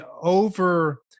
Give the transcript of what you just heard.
over